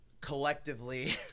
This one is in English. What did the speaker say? collectively